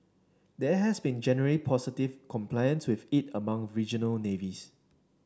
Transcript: there has been generally positive compliance with it among regional navies